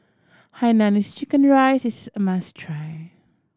hainanese chicken rice is a must try